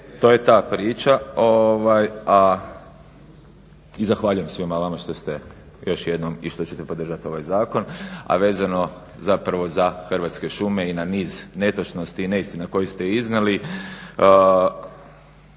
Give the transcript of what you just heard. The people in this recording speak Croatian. to je ta priča. I zahvaljujem svima vama što ste još jednom i što ćete podržati ovaj zakon, a vezano zapravo za Hrvatske šume i na niz netočnosti i neistina koju ste iznijeli.